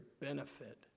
benefit